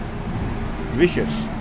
vicious